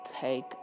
take